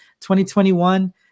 2021